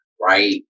Right